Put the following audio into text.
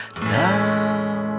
now